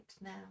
now